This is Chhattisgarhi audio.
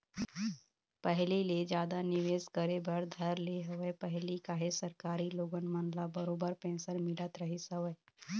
पहिली ले जादा निवेश करे बर धर ले हवय पहिली काहे सरकारी लोगन मन ल बरोबर पेंशन मिलत रहिस हवय